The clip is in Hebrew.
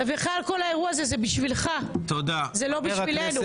ובכלל, כל האירוע הזה הוא בשבילך, זה לא בשבילנו.